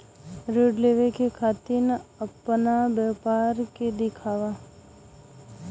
ऋण लेवे के खातिर अपना व्यापार के दिखावा?